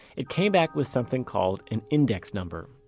it came back with something called an index number.